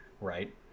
right